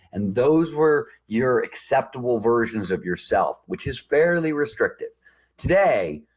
and those were your acceptable versions of yourself which is fairly restrictive today,